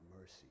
mercy